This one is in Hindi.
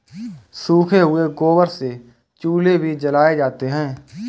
सूखे हुए गोबर से चूल्हे भी जलाए जाते हैं